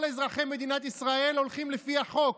כל אזרחי מדינת ישראל הולכים לפי החוק,